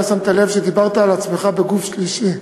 לא שמת לב שדיברת על עצמך בגוף שלישי,